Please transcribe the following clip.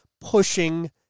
pushing